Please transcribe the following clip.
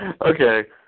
Okay